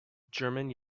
german